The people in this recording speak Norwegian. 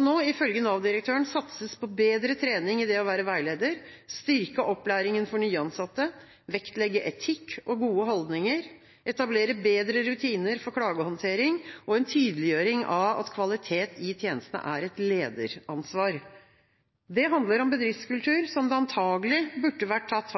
nå, ifølge Nav-direktøren, satse på bedre trening i det å være veileder, styrke opplæringa for nyansatte, vektlegge etikk og gode holdninger, etablere bedre rutiner for klagehåndtering og få en tydeliggjøring av at kvalitet i tjenestene er et lederansvar. Det handler om bedriftskultur, som det antakelig burde vært tatt